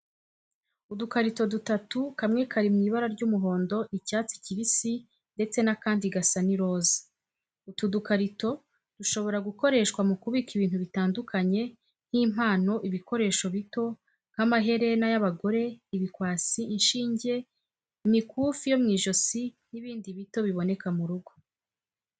Udukarito dutatu kamwe kari mu ibara ry'umuhondo, icyatsi kibisi ndetse n'akandi gasa n'iroza. Utu dukarito dushobora gukoreshwa mu kubika ibintu bitandukanye nk’impano, ibikoresho bito nk'amaherena y'abagore, ibikwasi, inshinge, imikufi yo mu ijosi n'ibindi bito biboneka mu rugo.